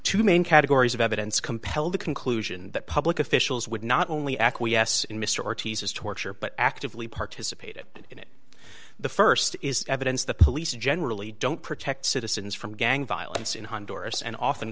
two main categories of evidence compel the conclusion that public officials would not only acquiesce in mr ortiz's torture but actively participated in it the st is evidence the police generally don't protect citizens from gang violence in honduras and often